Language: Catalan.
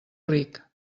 ric